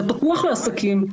זה פתוח לעסקים.